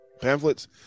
pamphlets